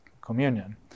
communion